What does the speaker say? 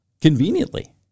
conveniently